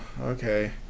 okay